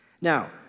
Now